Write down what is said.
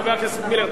חבר הכנסת מילר,